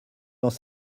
dans